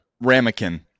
ramekin